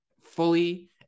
fully